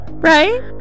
Right